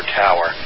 tower